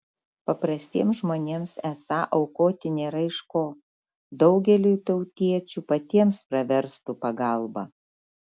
paprastiems žmonėms esą aukoti nėra iš ko daugeliui tautiečių patiems pravestų pagalba